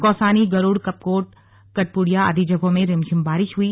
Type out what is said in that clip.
कौसानी गरुड़ कपकोट कटपुड़िया आदि जगहों में रिमझिम बारिश हई